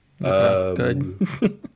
Good